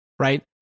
right